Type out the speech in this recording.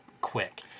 quick